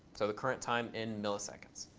so the current time in milliseconds.